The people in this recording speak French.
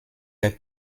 les